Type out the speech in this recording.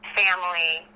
Family